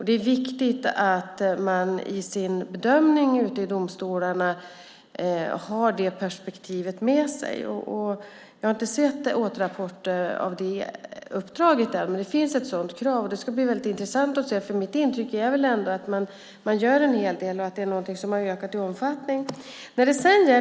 Det är viktigt att man i sin bedömning i domstolarna har det perspektivet med sig. Jag har inte sett några återrapporter av det uppdraget ännu, men det finns ett sådant krav. Det ska bli väldigt intressant att se. Mitt intryck är ändå att man gör en hel del och att det är någonting som har ökat i omfattning.